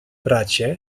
bracie